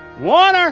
one. ah